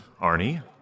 Arnie